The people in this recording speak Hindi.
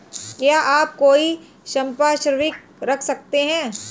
क्या आप कोई संपार्श्विक रख सकते हैं?